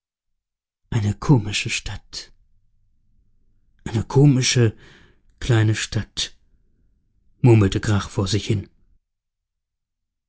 eine komische stadt eine komische kleine stadt murmelte grach vor sich hin